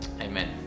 Amen